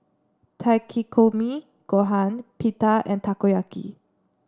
Takikomi Gohan Pita and Takoyaki